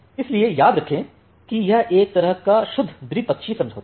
इसलिए याद रखें कि यह एक तरह का शुद्ध द्विपक्षीय समझौता है